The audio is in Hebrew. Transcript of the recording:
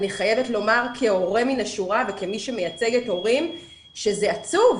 אני חייבת לומר כהורה מן השורה וכמי שמייצגת הורים שזה עצוב,